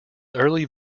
early